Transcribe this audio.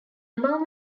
above